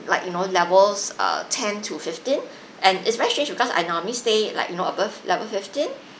like you know levels err ten to fifteen and it's very strange because I normally stay like you know above level fifteen